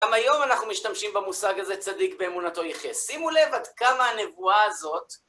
גם היום אנחנו משתמשים במושג הזה, צדיק באמונתו יחיה. שימו לב עד כמה הנבואה הזאת...